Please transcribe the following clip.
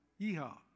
Yeehaw